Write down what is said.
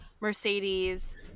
Mercedes